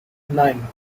nine